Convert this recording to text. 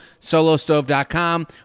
solostove.com